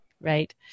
Right